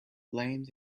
blamed